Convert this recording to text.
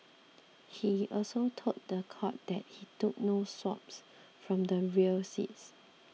he also told the court that he took no swabs from the rear seat